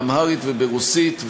באמהרית וברוסית,